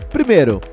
Primeiro